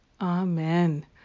Amen